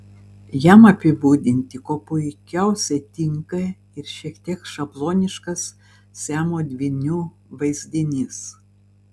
jam apibūdinti kuo puikiausiai tinka ir šiek tiek šabloniškas siamo dvynių vaizdinys